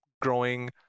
growing